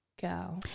go